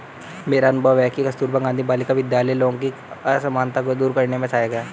मेरा अनुभव है कि कस्तूरबा गांधी बालिका विद्यालय लैंगिक असमानता को दूर करने में सहायक है